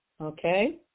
Okay